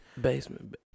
Basement